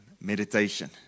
Meditation